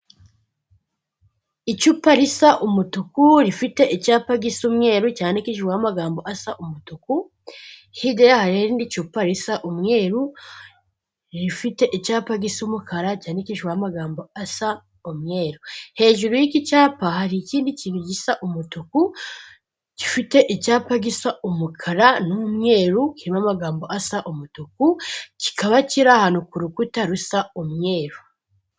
Icupa risa umutuku rifite icyapa gisi umweruru cyandikijweweho amagambo asa umutuku hirya yaho hari irindi cupa risa umweru rifite icyapa gisa umukara cyandikishwaho amagambo asa umweru hejuru y'iki cyapa hari ikindi kintu gisa umutuku gifite icyapa gisa umukara n'umweru kirimo amagambo asa umutuku kikaba kiri ahantu ku rukuta rusa umweru.